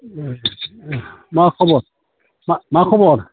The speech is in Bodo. मा खबर मा खबर